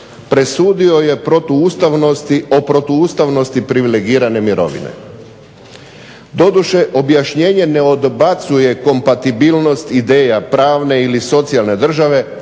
presudio je o protuustavnosti privilegirane mirovine. Doduše objašnjenje ne odbacuje kompatibilnost ideja pravne ili socijalne države